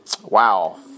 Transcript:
Wow